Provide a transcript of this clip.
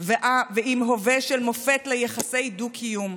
ועם הווה של מופת ליחסי דו-קיום,